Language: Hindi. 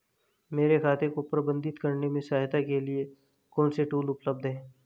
मेरे खाते को प्रबंधित करने में सहायता के लिए कौन से टूल उपलब्ध हैं?